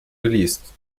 geleast